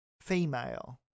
female